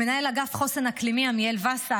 למנהל אגף חוסן אקלימי עמיאל וסל.